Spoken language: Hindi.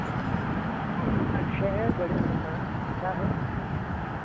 अच्छे हैं बड़े ब अच्छा है